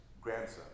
grandson